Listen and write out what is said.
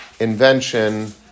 invention